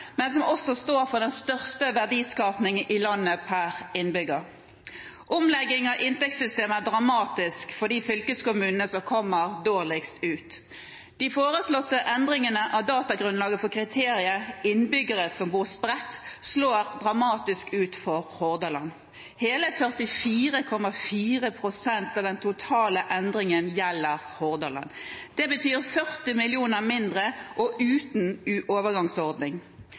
men som også står for den største verdiskapingen i landet per innbygger. Omleggingen av inntektssystemet er dramatisk for de fylkeskommunene som kommer dårligst ut. De foreslåtte endringene av datagrunnlaget for kriteriet «innbyggere bosatt spredt», slår dramatisk ut for Hordaland. Hele 44,4 pst. av den totale endringen gjelder Hordaland. Det betyr 40 mill. kr mindre – og uten overgangsordning.